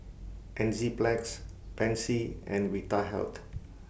Enzyplex Pansy and Vitahealth